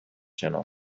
شناخت